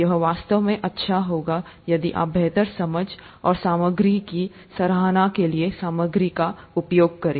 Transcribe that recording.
यह वास्तव में अच्छा होगा यदि आप बेहतर समझ और सामग्री की सराहना के लिए सामग्री का उपयोग करें